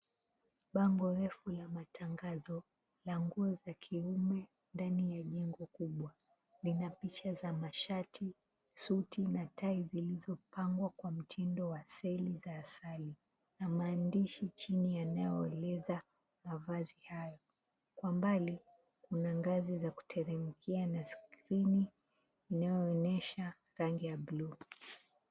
Bango refu ya matangazo ya nguo za kiume ndani ya jengo kubwa lina picha za mashati, suti na tai zilizopangwa kwa mtindo wa seli za asali na maandishi chini yanayoeleza mavazi hayo. Kwa mbali kuna ngazi za kuteremkia na skrini inayoonesha rangi ya bluu.